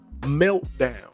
meltdown